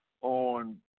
on